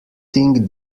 think